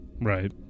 Right